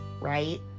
right